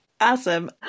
awesome